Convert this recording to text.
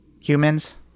humans